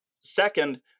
Second